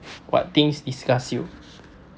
what things disgust you